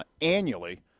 annually